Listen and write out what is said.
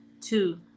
Two